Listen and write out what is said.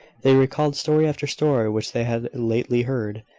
they recalled story after story, which they had lately heard,